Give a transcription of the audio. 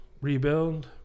rebuild